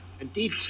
Indeed